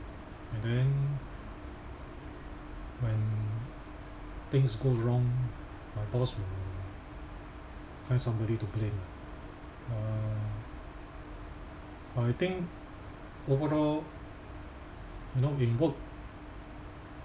and then when things goes wrong my boss will find somebody to blame ah uh but I think overall you know we work